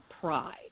pride